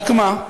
רק מה,